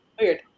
weird